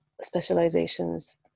specializations